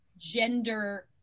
Gender